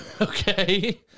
Okay